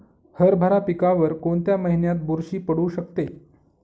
हरभरा पिकावर कोणत्या महिन्यात बुरशी पडू शकते?